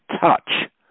touch